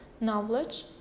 knowledge